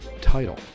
Title